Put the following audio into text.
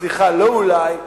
לא אולי,